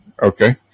Okay